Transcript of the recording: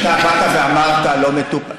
אתה באת ואמרת: לא מטופל.